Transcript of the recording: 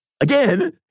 Again